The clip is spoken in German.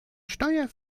steuer